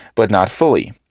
but not fully.